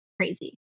crazy